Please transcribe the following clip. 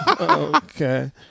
Okay